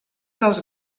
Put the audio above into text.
dels